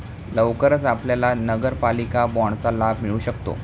लवकरच आपल्याला नगरपालिका बाँडचा लाभ मिळू शकतो